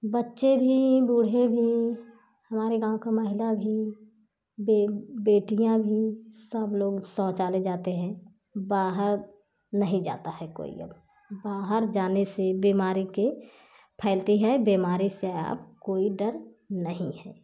बच्चे भी बूढ़े भी हमारे गाँव का महिला भी बे बेटियाँ भी सब लोग शौचालय जाते हैं बाहर नहीं जाता है कोई अब बाहर जाने से बीमारी के फैलती है बीमारी से अब कोई डर नहीं है